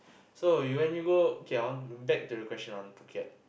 so you when you go okay I want to go back to the question on Phuket